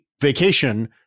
vacation